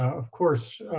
of course,